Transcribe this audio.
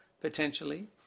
potentially